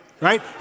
right